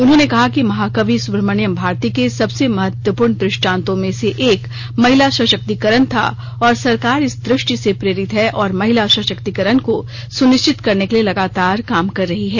उन्होंने कहा कि महाकवि सुब्रमण्य भारती के सबसे महत्वपूर्ण दृष्टांतों में से एक महिला सशक्तिकरण था और सरकार इस दृष्टि से प्रेरित है और महिला सशक्तिकरण को सुनिश्चित करने के लिए लगातार काम कर रही है